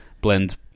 blend